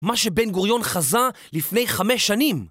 מה שבן גוריון חזה לפני חמש שנים.